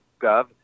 gov